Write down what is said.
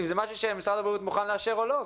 אם זה משהו שמשרד הבריאות מוכן לאשר או לא.